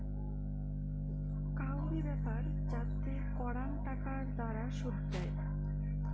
কাউরি ব্যাপার যাতে করাং টাকার দ্বারা শুধ দেয়